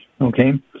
Okay